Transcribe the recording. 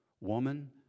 woman